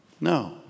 No